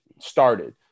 started